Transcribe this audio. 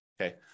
Okay